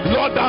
Lord